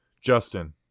Justin